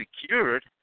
secured